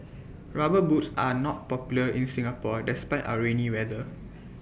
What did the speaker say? rubber boots are not popular in Singapore despite our rainy weather